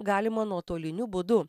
galima nuotoliniu būdu